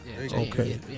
Okay